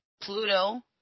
Pluto